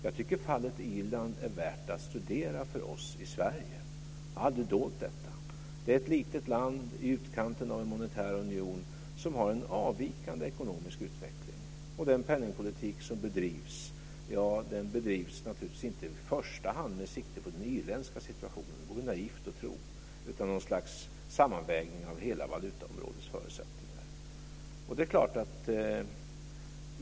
Jag tycker att fallet Irland är värt att studera för oss i Sverige. Irland är ett litet land i utkanten av den monetära unionen som har en avvikande ekonomisk utveckling. Den penningpolitik som bedrivs bedrivs naturligtvis inte i första hand med sikte på den irländska situationen - det vore naivt att tro - utan med något slags sammanvägning av hela valutaområdets förutsättningar.